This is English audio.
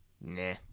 Nah